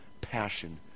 passion